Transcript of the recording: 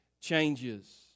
changes